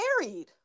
married